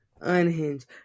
Unhinged